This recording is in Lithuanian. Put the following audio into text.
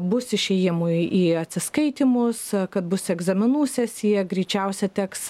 bus išėjimų į atsiskaitymus kad bus egzaminų sesija greičiausia teks